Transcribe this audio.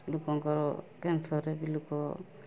ଲୋକଙ୍କର କ୍ୟାନସର୍ରେ ବି ଲୋକ